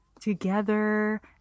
together